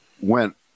went